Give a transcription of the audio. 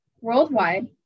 worldwide